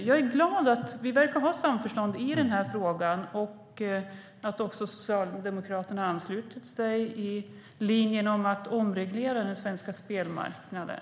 Jag är glad över att det verkar finnas samförstånd i frågan och att Socialdemokraterna har anslutit sig till linjen om att omreglera den svenska spelmarknaden.